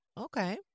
okay